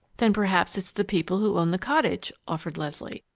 then perhaps it's the people who own the cottage, offered leslie.